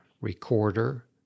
recorder